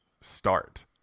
start